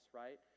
right